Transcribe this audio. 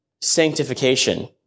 sanctification